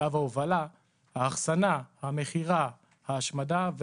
שלב ההובלה, האחסנה, המכירה, ההשמדה.